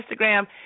Instagram